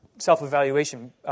Self-evaluation